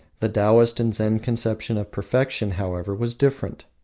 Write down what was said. the taoist and zen conception of perfection, however, was different.